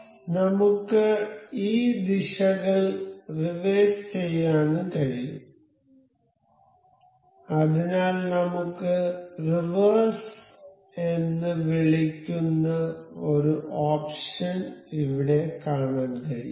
എന്നിരുന്നാലും നമുക്ക് ഈ ദിശകൾ റിവേഴ്സ് ചെയ്യാൻ കഴിയും അതിനാൽ നമുക്ക് റിവേഴ്സ് എന്ന് വിളിക്കുന്ന ഒരു ഓപ്ഷൻ ഇവിടെ കാണാൻ കഴിയും